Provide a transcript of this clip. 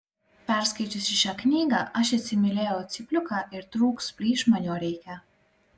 perskaičiusi šią knygą aš įsimylėjau cypliuką ir trūks plyš man jo reikia